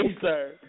sir